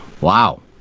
wow